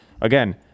again